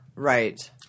Right